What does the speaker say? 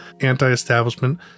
anti-establishment